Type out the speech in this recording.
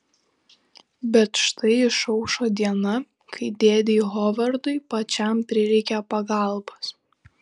bet štai išaušo diena kai dėdei hovardui pačiam prireikia pagalbos